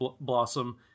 Blossom